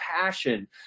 passion